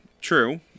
true